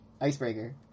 Icebreaker